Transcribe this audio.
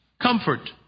comfort